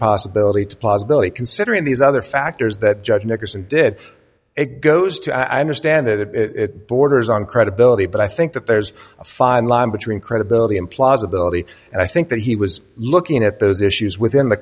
possibility to possibility considering these other factors that judge nickerson did it goes to i understand that it borders on credibility but i think that there's a fine line between credibility implausibility and i think that he was looking at those issues within the